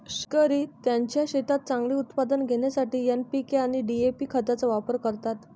शेतकरी त्यांच्या शेतात चांगले उत्पादन घेण्यासाठी एन.पी.के आणि डी.ए.पी खतांचा वापर करतात